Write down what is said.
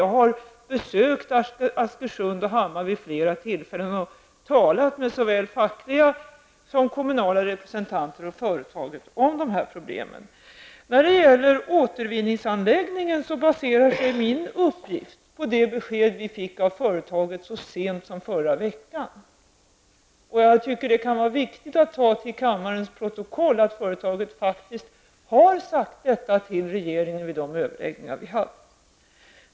Jag har besökt Askersund och Hammar vid flera tillfällen och talat med såväl fackliga och kommunala representanter som företaget om dessa problem. När det gäller återvinningsanläggningen baserar sig min uppgift på de besked vi fick från företaget så sent som förra veckan. Jag tycker att det kan vara riktigt att ta till kammarens protokoll att företaget faktiskt har sagt detta till regeringen vid de överläggningar vi hade.